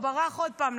הוא ברח עוד פעם,